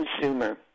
consumer